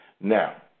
Now